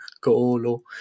Colo